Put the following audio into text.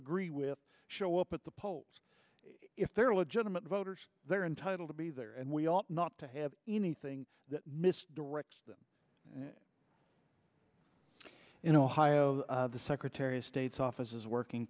agree with show up at the polls if they're legitimate voters they're entitled to be there and we ought not to have anything that misdirects them in ohio the secretary of state's office is working